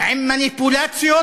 עם מניפולציות